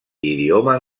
idioma